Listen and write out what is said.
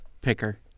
picker